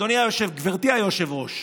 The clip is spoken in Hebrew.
גברתי היושבת-ראש,